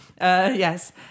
yes